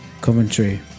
commentary